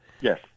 Yes